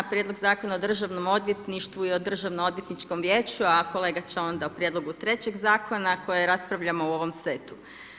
Prijedlog Zakona o Državnom odvjetništvu i o Državnoodvjetničkom vijeću, a kolega će onda o prijedlogu trećeg zakona koje raspravljamo u ovom setu.